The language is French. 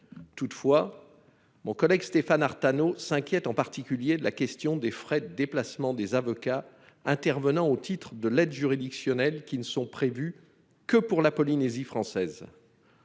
finances. Mon collègue Stéphane Artano s'inquiète en particulier du problème des frais de déplacement des avocats intervenant au titre de l'aide juridictionnelle. Leur défraiement n'est prévu que pour la Polynésie française.